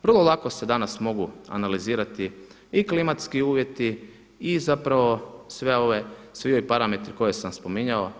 Vrlo lako se danas mogu analizirati i klimatski uvjeti i zapravo svi ovi parametri koje sam spominjao.